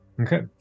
Okay